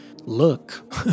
look